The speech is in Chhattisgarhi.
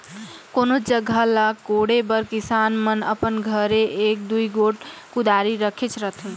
कोनोच जगहा ल कोड़े बर किसान मन अपन घरे एक दूई गोट कुदारी रखेच रहथे